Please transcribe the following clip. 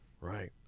right